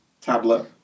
tablet